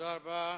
תודה רבה.